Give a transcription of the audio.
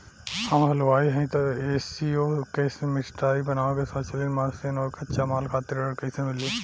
हम हलुवाई हईं त ए.सी शो कैशमिठाई बनावे के स्वचालित मशीन और कच्चा माल खातिर ऋण कइसे मिली?